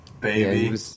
baby